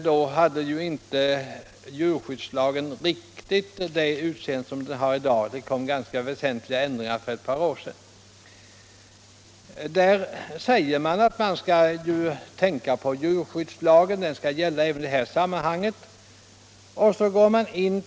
Då hade djurskyddslagen inte riktigt den utformning som den har i dag; det kom ganska väsentliga ändringar för ett par år sedan. I denna instruktion säger skolöverstyrelsen att djurskyddslagen skall gälla även i detta sammanhang.